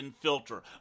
filter